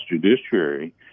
Judiciary